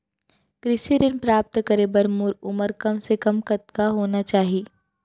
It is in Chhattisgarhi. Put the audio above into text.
कृषि ऋण प्राप्त करे बर मोर उमर कम से कम कतका होना चाहि?